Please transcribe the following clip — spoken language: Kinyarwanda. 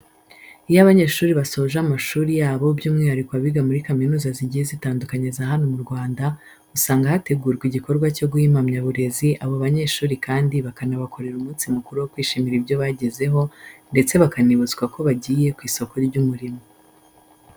Iyo abanyeshuri basoje amashuri yabo by'umwihariko abiga muri kaminuza zigiye zitandukanye za hano mu Rwanda, usanga hategurwa igikorwa cyo guha impamyaburezi abo banyeshuri kandi bakabakorera umunsi mukuru wo kwishimira ibyo bagezeho ndetse bakanibutswa ko bagiye ku isoko ry'umurimo.